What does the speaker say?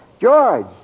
George